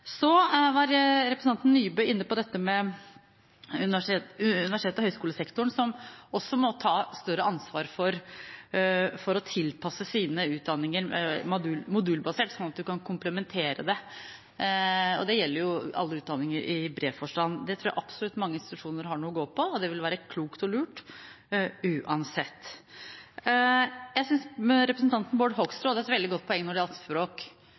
Representanten Nybø var inne på universitets- og høgskolesektoren, som også må ta større ansvar for å tilpasse sine utdanninger modulbasert, sånn at man kan komplementere det. Det gjelder jo alle utdanninger, i bred forstand. Der tror jeg absolutt mange institusjoner har noe å gå på, og det vil være klokt og lurt uansett. Jeg synes representanten Bård Hoksrud hadde et veldig godt poeng når